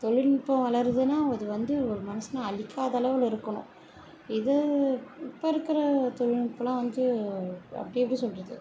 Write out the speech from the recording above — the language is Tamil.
தொழில்நுட்பம் வளருதுன்னால் அது வந்து ஒரு மனுஷனை அளிக்காத அளவில் இருக்கணும் இது இப்போது இருக்கிற தொலில்நுட்பம்லாம் வந்து அப்படி எப்படி சொல்கிறது